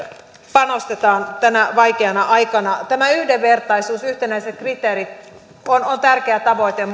panostetaan tänä vaikeana aikana tämä yhdenvertaisuus yhtenäiset kriteerit on on tärkeä tavoite